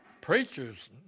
preachers